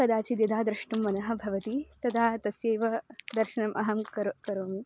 कदाचिद् यदा द्रष्टुं मनः भवति तदा तस्यैव दर्शनम् अहं करोमि करोमि